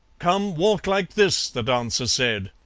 come, walk like this, the dancer said,